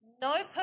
no